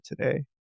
today